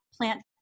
plant